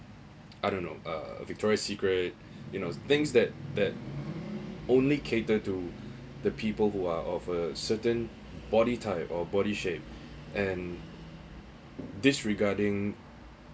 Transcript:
I don't know uh victoria's secret you know things that that only cater to the people who are of a certain body type or body shape and disregarding